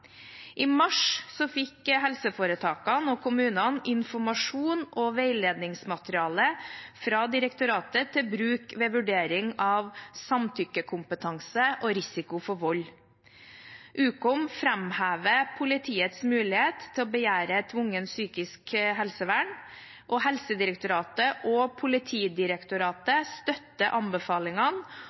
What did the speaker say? I mars fikk helseforetakene og kommunene informasjon og veiledningsmateriale fra direktoratet til bruk ved vurdering av samtykkekompetanse og risiko for vold. Ukom framhever politiets mulighet til å begjære tvungent psykisk helsevern. Helsedirektoratet og Politidirektoratet støtter anbefalingene